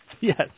Yes